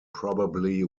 probably